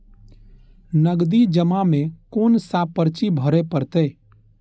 नगदी जमा में कोन सा पर्ची भरे परतें?